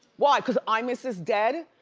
why, cause imus is dead?